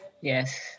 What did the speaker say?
Yes